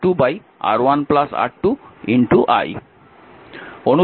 এর অর্থ হল i1 R2 R1 R2 i